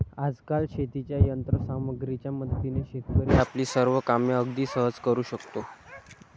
आजकाल शेतीच्या यंत्र सामग्रीच्या मदतीने शेतकरी आपली सर्व कामे अगदी सहज करू शकतो